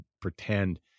pretend